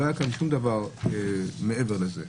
לא היה שום דבר מעבר לזה,